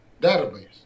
database